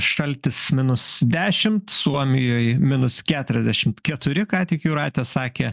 šaltis minus dešimt suomijoj minus keturiasdešimt keturi ką tik jūratė sakė